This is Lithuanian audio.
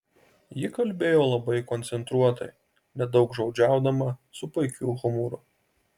ji kalbėjo labai koncentruotai nedaugžodžiaudama su puikiu humoru